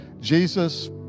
Jesus